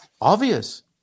Obvious